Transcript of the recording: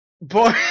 Boy